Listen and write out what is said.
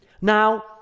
Now